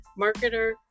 marketer